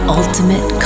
ultimate